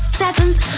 seventh